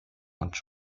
und